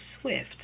swift